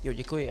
Děkuji.